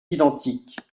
identiques